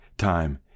time